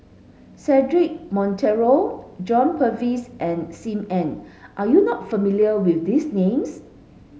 Cedric Monteiro John Purvis and Sim Ann are you not familiar with these names